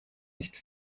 nicht